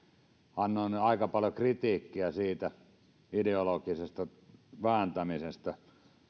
annoin jo aika paljon kritiikkiä siitä ideologisesta vääntämisestä